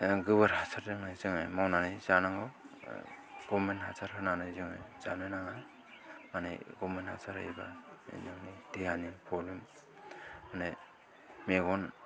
गोबोर हासारजों हाय जोङो मावनानै जानांगौ गभमेन्ट हासार होनायजों जोङो जानो नाङा माने गभमेन्ट हासार होयोबा जोंनि देहानि प्रबलेम मानि मेगन